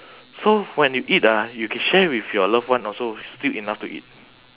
so when you eat ah you can share with your loved one also still enough to eat